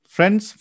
Friends